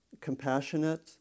compassionate